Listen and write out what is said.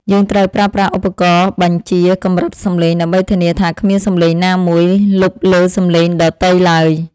យើងត្រូវប្រើប្រាស់ឧបករណ៍បញ្ជាកម្រិតសំឡេងដើម្បីធានាថាគ្មានសំឡេងណាមួយលុបលើសំឡេងដទៃឡើយ។